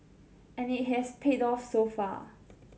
and it has paid off so far